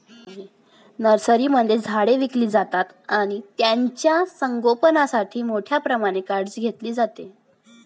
नर्सरीमध्ये झाडे विकली जातात आणि त्यांचे संगोपणासाठी मोठ्या प्रमाणात काळजी घेतली जाते